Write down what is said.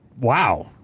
Wow